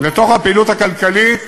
לתוך הפעילות הכלכלית